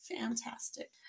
fantastic